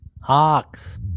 Hawks